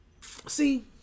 see